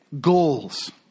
goals